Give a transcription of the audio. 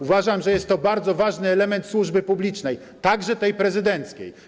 Uważam, że jest to niezwykle ważny element służby publicznej, także tej prezydenckiej.